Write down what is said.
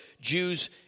Jews